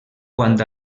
quant